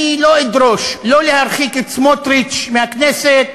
אני לא אדרוש לא להרחיק את סמוטריץ מהכנסת,